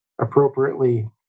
appropriately